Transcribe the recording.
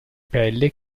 pelle